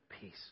peace